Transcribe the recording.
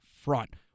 front